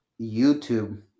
YouTube